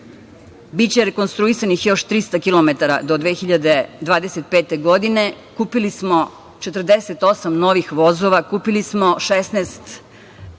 biće rekonstruisanih još 300 km do 2025. godine. Kupili smo 48 novih vozova, kupili smo 16